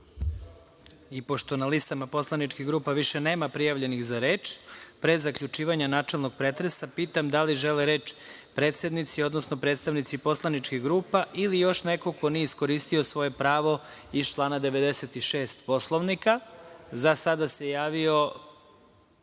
i pošto na listama poslaničkih grupa više nema prijavljenih za reč, pre zaključivanja načelnog pretresa pitam da li žele reč predsednici, odnosno predstavnici poslaničkih grupa ili još neko ko nije iskoristio svoje pravo iz člana 96. Poslovnika? Za sada su se javili